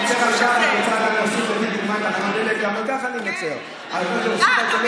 אני מצר על, אה, אתה מצר.